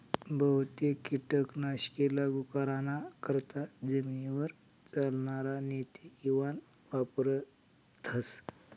बहुतेक कीटक नाशके लागू कराना करता जमीनवर चालनार नेते इवान वापरथस